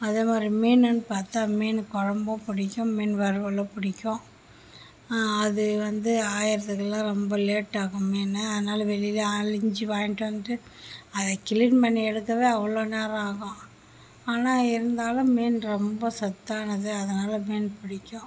அதே மாதிரி மீனுன்னு பார்த்தா மீன் குழம்பும் பிடிக்கும் மீன் வறுவலும் பிடிக்கும் அது வந்து ஆயரதுக்குலாம் ரொம்ப லேட் ஆகும் மீன் அதனால் வெளிலே ஆலஞ்சி வாங்கிட்டு வந்துட்டு அதை க்ளீன் பண்ணி எடுக்கவே அவ்வளோ நேரம் ஆகும் ஆனால் இருந்தாலும் மீன் ரொம்ப சத்தானது அதனால் மீன் பிடிக்கும்